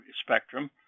spectrum